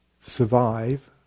survive